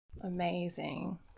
Amazing